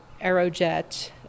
Aerojet